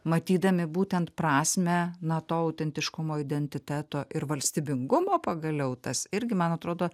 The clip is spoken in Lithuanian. matydami būtent prasmę na to autentiškumo identiteto ir valstybingumo pagaliau tas irgi man atrodo